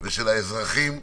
ועל האזרחים.